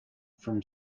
from